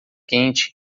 quente